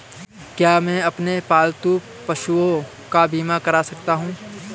क्या मैं अपने पालतू पशुओं का बीमा करवा सकता हूं?